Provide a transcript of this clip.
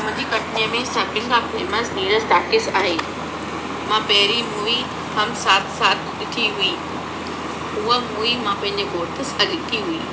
मुंहिंजी कटनीअ में सभिनि खां फ़ेमस नीरज टॉकीज आहे मां पहिरीं मूवी हम साथ साथ ॾिठी हुई हूअं मूवी मां पंहिंजे घोट सां ॾिठी हुई